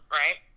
right